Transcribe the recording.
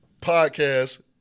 Podcast